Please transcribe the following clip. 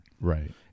Right